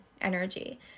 energy